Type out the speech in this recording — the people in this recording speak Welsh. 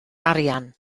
arian